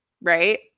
right